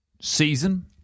season